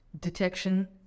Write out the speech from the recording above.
detection